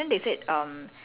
quite long ago